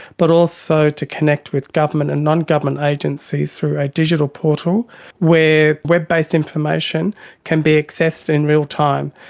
but also to connect with government and non-government agencies through a digital portal where web based information can be accessed in real time.